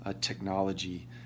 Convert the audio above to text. technology